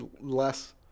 less